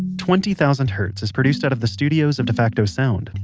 twenty thousand hertz is produced out of the studios of defacto sound,